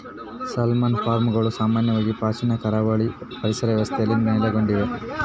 salmon ಫಾರ್ಮ್ಗಳು ಸಾಮಾನ್ಯವಾಗಿ ಪ್ರಾಚೀನ ಕರಾವಳಿ ಪರಿಸರ ವ್ಯವಸ್ಥೆಗಳಲ್ಲಿ ನೆಲೆಗೊಂಡಿವೆ